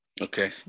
Okay